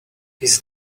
his